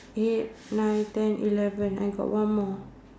eight nine ten eleven I got one more